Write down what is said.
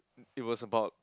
it was about